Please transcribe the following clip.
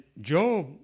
Job